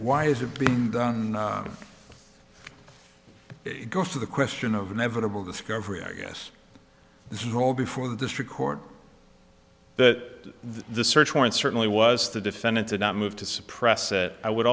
why is it being done it goes to the question of inevitable discovery i guess this is all before the district court that the search warrant certainly was the defendant did not move to suppress that i would